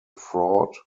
fraud